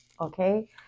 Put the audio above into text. Okay